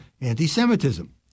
anti-Semitism